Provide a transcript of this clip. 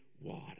water